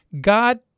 God